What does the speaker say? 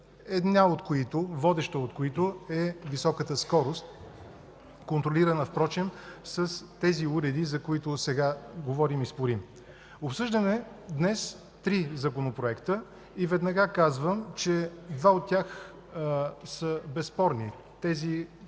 по причини, водеща от които е високата скорост, контролирана впрочем с тези уреди, за които сега говорим и спорим. Днес обсъждаме три законопроекта и веднага казвам, че два от тях са безспорни, по